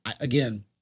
Again